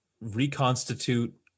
reconstitute